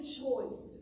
choice